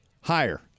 Higher